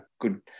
good